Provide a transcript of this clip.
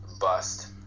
Bust